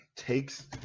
Takes